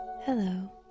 Hello